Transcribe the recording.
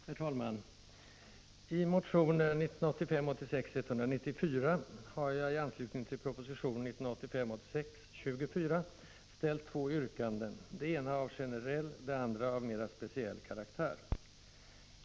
Herr talman! I motion 1985 86:24 ställt två yrkanden, det ena av generell och det andra av mera speciell karaktär.